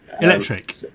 electric